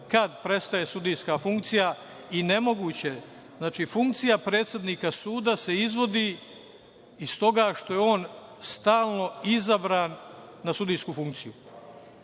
kad prestaje sudijska funkcija i nemoguće je, znači funkcija predsednika suda se izvodi iz toga što je on stalno izabran na sudijsku funkciju. Ona